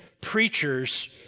preacher's